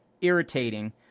irritating